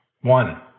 one